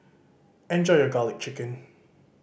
enjoy your Garlic Chicken